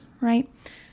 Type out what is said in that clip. right